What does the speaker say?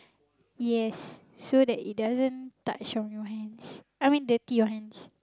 yes so that it doesn't touch on your hands I mean dirty your hands